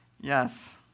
yes